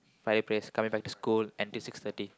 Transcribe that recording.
my prayers coming back to school until six thirty